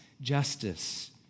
justice